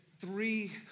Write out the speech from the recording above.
three